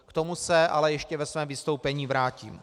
K tomu se ale ještě ve svém vystoupení vrátím.